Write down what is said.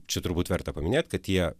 čia turbūt verta paminėt kad jie